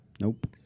nope